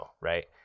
right